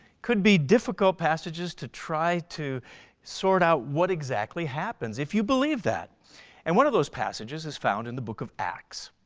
could be difficult passages to try to sort out what exactly happens if you believe that and one of those passages is found in the book of acts.